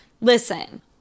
Listen